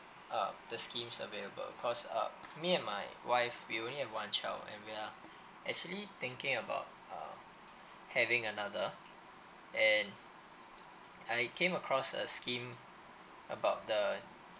uh the schemes available cause uh me and my wife we only have one child and we are actually thinking about um having another and I came across a scheme about the